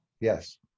Yes